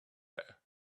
there